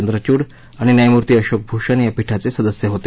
चंद्रचूड आणि न्यायमूर्ती अशोक भूषण या पीठाचे सदस्य होते